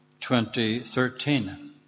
2013